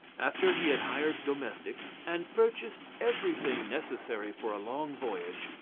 after he had hired domestics, and purchased everything necessary for a long voyage,